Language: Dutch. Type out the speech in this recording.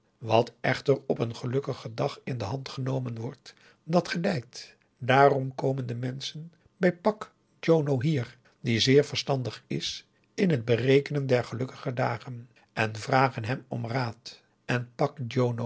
wat echter op een gelukkigen dag in de hand genomen wordt dat gedijt daarom komen de menschen bij pak djono hier die zeer verstandig is in het berekenen der gelukkige dagen en vragen hem om raad en